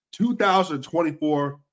2024